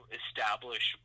establish